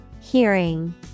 Hearing